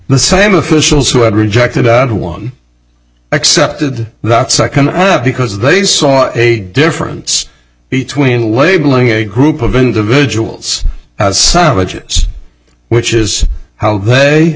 the same officials who had rejected out who won accepted that second because they saw a difference between labeling a group of individuals some budgets which is how they